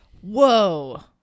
Whoa